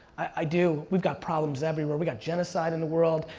i do. we've got problems everywhere, we got genocide in the world,